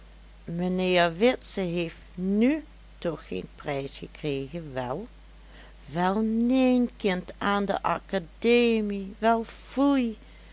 mijnheer witse heeft nu toch geen prijs gekregen wel wel neen kind aan de academie wel foei